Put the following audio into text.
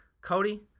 Cody